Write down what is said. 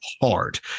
hard